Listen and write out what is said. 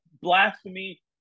blasphemy